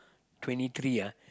twenty three ah